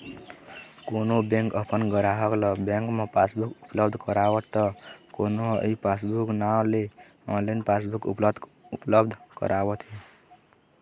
कोनो बेंक अपन गराहक ल बेंक म पासबुक उपलब्ध करावत त कोनो ह ई पासबूक नांव ले ऑनलाइन पासबुक उपलब्ध करावत हे